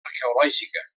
arqueològica